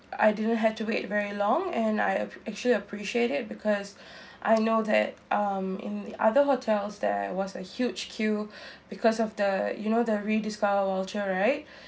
I didn't have to wait very long and I have actually appreciate it because I know that um in other hotels there was a huge queue because of the you know the rediscover voucher right